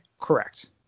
Correct